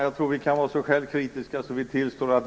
"Fru talman!